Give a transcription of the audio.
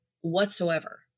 whatsoever